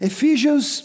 Ephesians